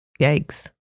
Yikes